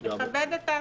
אני הייתי מעבירה את זה.